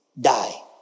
die